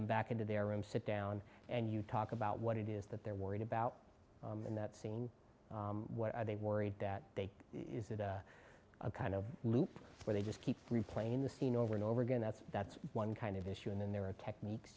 him back into their room sit down and you talk about what it is that they're worried about in that scene what are they worried that they is it a kind of loop where they just keep replaying the scene over and over again that's that's one kind of issue and then there are techniques